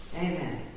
Amen